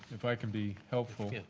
if i can be helpful,